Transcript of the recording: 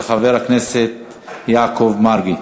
של חבר הכנסת יעקב מרגי.